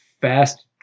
fast